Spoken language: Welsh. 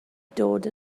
dod